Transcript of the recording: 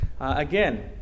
again